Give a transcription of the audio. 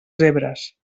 zebres